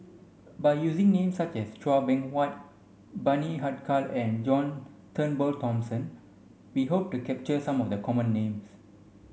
by using names such as Chua Beng Huat Bani Haykal and John Turnbull Thomson we hope to capture some of the common names